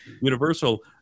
universal